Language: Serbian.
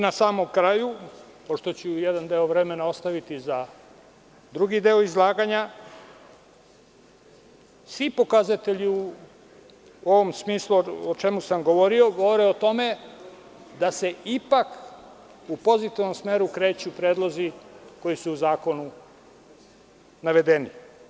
Na samom kraju, pošto ću jedan deo vremena ostaviti za drugi deo izlaganja, svi pokazatelji u ovom smislu o čemu sam govorio govore o tome da se ipak u pozitivnom smeru kreću predlozi koji su u zakonu navedeni.